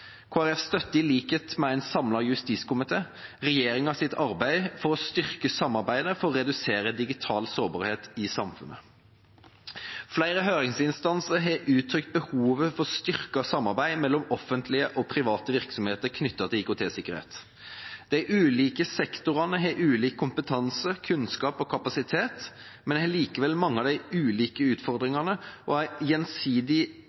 Folkeparti støtter, i likhet med en samlet justiskomité, regjeringas arbeid for å styrke samarbeidet for å redusere digital sårbarhet i samfunnet. Flere høringsinstanser har uttrykt behov for styrket samarbeid mellom offentlige og private virksomheter knyttet til IKT-sikkerhet. De ulike sektorene har ulik kompetanse, kunnskap og kapasitet, men har likevel mange av de ulike utfordringene og er gjensidig